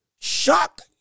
Shock